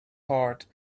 heart